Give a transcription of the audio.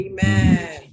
Amen